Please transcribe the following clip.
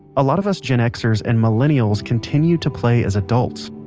a lot of us gen xers and millennials continue to play as adults.